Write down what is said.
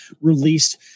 released